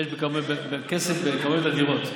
יש כסף בכמויות אדירות.